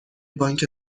بانک